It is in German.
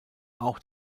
auch